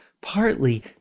partly